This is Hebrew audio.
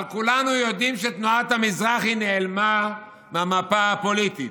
אבל כולנו יודעים שתנועת המזרחי נעלמה מהמפה הפוליטית,